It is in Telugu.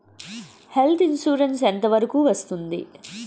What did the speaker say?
హెల్త్ ఇన్సురెన్స్ ఎంత వరకు వస్తుంది?